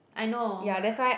I know